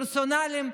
פרסונליים,